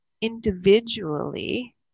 individually